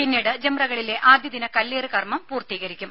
പിന്നീട് ജംറകളിലെ ആദ്യ ദിന കല്ലേറ് കർമം പൂർത്തീകരിക്കും